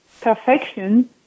perfection